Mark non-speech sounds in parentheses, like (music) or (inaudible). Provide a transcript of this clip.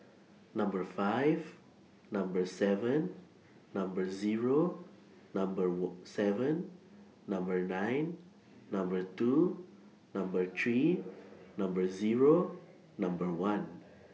Number five Number seven Number Zero Number (unintelligible) seven Number nine Number two Number three Number Zero Number one